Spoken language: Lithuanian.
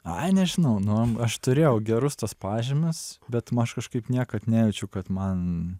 ai nežinau nu aš turėjau gerus tuos pažymius bet aš kažkaip niekad nejaučiau kad man